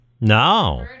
no